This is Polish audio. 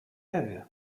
ewie